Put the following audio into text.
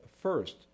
first